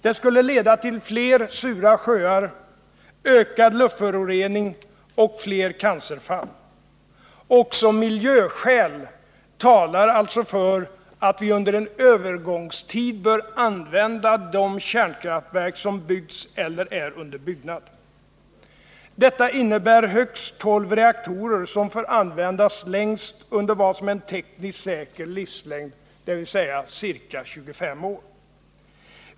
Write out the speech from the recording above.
Det skulle leda till fler sura sjöar, ökad luftförorening och fler cancerfall. Också miljöskäl talar alltså för att vi under en övergångstid bör använda de kärnkraftverk som byggts eller är under byggnad. Detta innebär högst 12 reaktorer, som får användas längst under vad som är en tekniskt säker livslängd, dvs. ca 25 år.